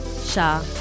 Shah